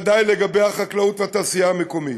ודאי לגבי החקלאות והתעשייה המקומית.